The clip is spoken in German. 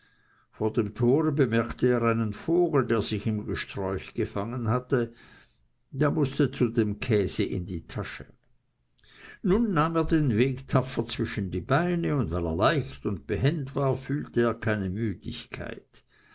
vor dem tore bemerkte er einen vogel der sich im gesträuch gefangen hatte der mußte zu dem käse in die tasche nun nahm er den weg tapfer zwischen die beine und weil er leicht und behend war fühlte er keine müdigkeit